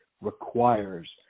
requires